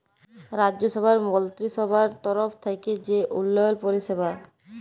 রাজ্যসভার মলত্রিসভার তরফ থ্যাইকে যে উল্ল্যয়ল পরিষেবা